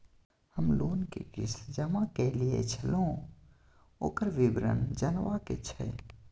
हम लोन के किस्त जमा कैलियै छलौं, ओकर विवरण जनबा के छै?